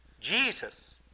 Jesus